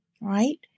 Right